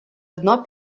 одно